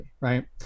right